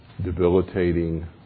debilitating